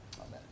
Amen